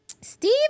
Steve